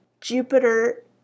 Jupiter